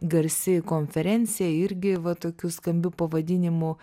garsi konferencija irgi va tokiu skambiu pavadinimu